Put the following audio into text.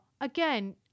again